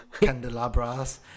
candelabras